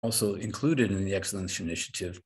‫שגם נכתוב בנציגת המחלות.